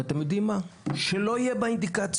ואתם יודעים מה שלא יהיה באינדיקציות.